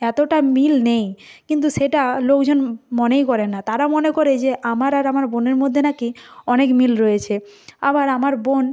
এতোটা মিল নেই কিন্তু সেটা লোকজন মনেই করে না তারা মনে করে যে আমার আর আমার বোনের মধ্যে নাকি অনেক মিল রয়েছে আবার আমার বোন